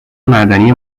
معدنی